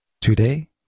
Today